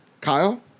Kyle